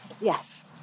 Yes